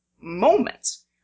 moments